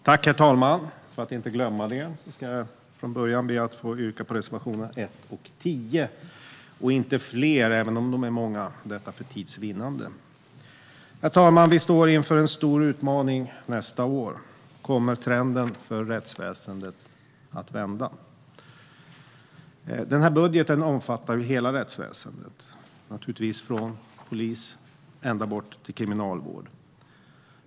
Herr talman! Jag ber att få yrka bifall till reservationerna 1 och 10. För tids vinnande yrkar jag inte bifall till fler reservationer - även om de är många. Herr talman! Vi står inför en stor utmaning nästa år. Kommer trenden för rättsväsendet att vända? Budgeten omfattar hela rättsväsendet från polis till kriminalvård.